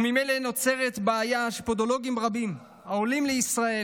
וממילא נוצרת בעיה שפודולוגים רבים העולים לישראל